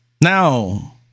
now